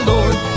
Lord